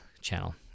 channel